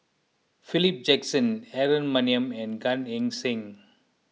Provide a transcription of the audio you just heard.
Philip Jackson Aaron Maniam and Gan Eng Seng